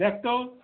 দেখতো